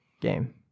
game